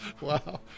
Wow